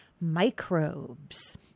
microbes